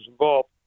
involved